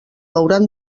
hauran